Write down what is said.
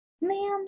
Man